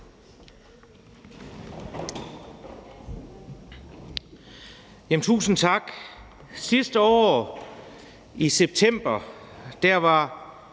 Tusind tak. Sidste år i september var